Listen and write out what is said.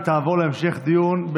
התשפ"א 2021,